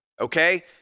okay